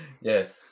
yes